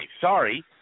Sorry